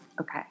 Okay